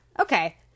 Okay